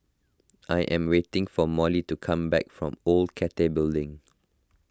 I am waiting for Molly to come back from Old Cathay Building